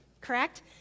correct